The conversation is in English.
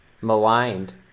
maligned